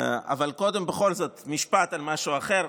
אבל קודם בכל זאת משפט על משהו אחר,